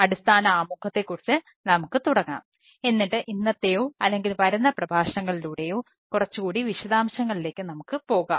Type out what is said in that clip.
അടിസ്ഥാന ആമുഖത്തെ കുറിച്ച് നമുക്ക് തുടങ്ങാം എന്നിട്ട് ഇന്നത്തെയോ അല്ലെങ്കിൽ വരുന്ന പ്രഭാഷണങ്ങളിലൂടെയോ കുറച്ചുകൂടി വിശദാംശങ്ങളിലേക്ക് നമുക്ക് പോകാം